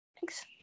Thanks